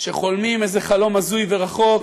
שחולמים איזה חלום הזוי ורחוק